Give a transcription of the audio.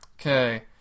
Okay